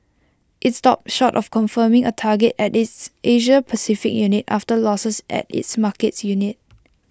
IT stopped short of confirming A target at its Asia Pacific unit after losses at its markets unit